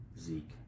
Zeke